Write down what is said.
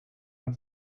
not